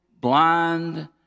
blind